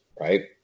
right